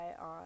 on